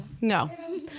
no